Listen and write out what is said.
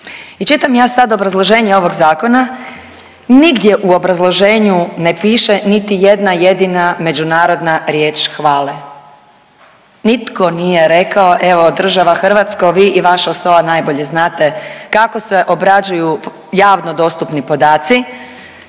čitam sad ja obrazloženje ovog zakona, nigdje u obrazloženju ne piše niti jedna jedina međunarodna riječ hvale, nitko nije rekao evo država Hrvatska vi i vaša SOA najbolje znate kako se obrađuju javno dostupni podaci